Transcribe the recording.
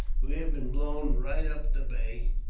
we have been blown right up the bay,